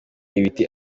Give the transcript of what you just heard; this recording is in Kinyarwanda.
ibiti